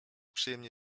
przyjemnie